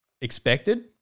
expected